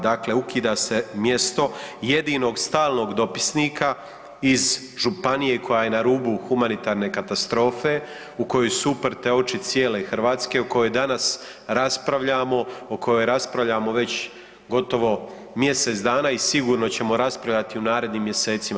Dakle, ukida se mjesto jedinog stalnog dopisnika iz županije koja je na rubu humanitarne katastrofe, u koju su uprte oči cijele Hrvatske, o kojoj danas raspravljamo, o kojoj raspravljamo već gotovo mjesec dana i sigurno ćemo raspravljati u narednim mjesecima.